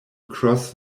cross